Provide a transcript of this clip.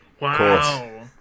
Wow